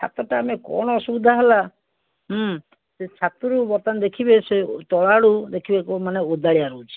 ଛାତ ତା'ହେଲେ କ'ଣ ଅସୁବିଧା ହେଲା ସେ ଛାତରୁ ବର୍ତ୍ତମାନ ଦେଖିବେ ସେ ତଳ ଆଡ଼ୁ ଦେଖିବେ କେଉଁ ମାନେ ଓଦାଳିଆ ରହୁଛି